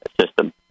system